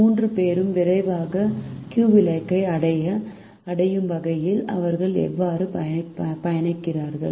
3 பேரும் விரைவாக Q இலக்கை அடையும் வகையில் அவர்கள் எவ்வாறு பயணிக்கிறார்கள்